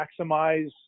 maximize